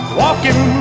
walking